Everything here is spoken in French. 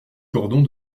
cordons